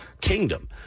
kingdom